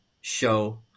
show